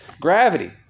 gravity